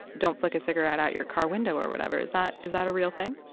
don't flick a cigarette out your car window or whatever. is that is that a real thing?